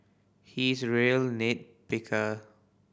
he is a real nit picker